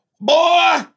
boy